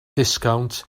disgownt